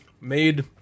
made